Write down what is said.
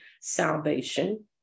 salvation